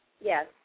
Yes